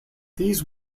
these